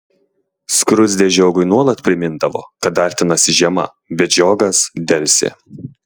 skruzdė žiogui nuolat primindavo kad artinasi žiema bet žiogas delsė